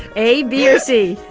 a, b or c